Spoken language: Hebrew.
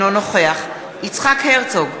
אינו נוכח יצחק הרצוג,